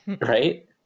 right